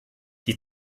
die